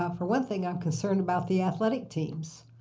ah for one thing i'm concerned about the athletic teams.